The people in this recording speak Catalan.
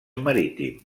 marítim